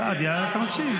סעדיה, אתה מקשיב.